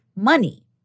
money